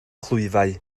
clwyfau